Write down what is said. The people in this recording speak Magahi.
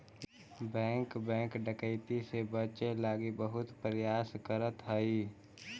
बैंक बैंक डकैती से बचे लगी बहुत प्रयास करऽ हइ